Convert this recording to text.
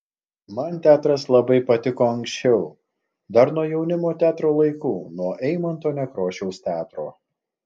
man teatras labai patiko anksčiau dar nuo jaunimo teatro laikų nuo eimunto nekrošiaus teatro